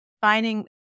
Finding